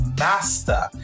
Master